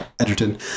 edgerton